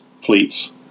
fleets